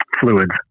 fluids